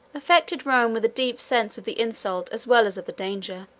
affected rome with a deep sense of the insult as well as of the danger.